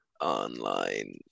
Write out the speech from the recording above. online